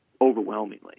Overwhelmingly